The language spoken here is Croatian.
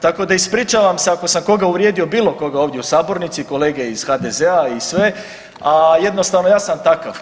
Tako da ispričavam se ako sam koga uvrijedio, bilo koga ovdje u sabornici, kolege iz HDZ-a i sve, a jednostavno ja sam takav